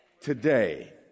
today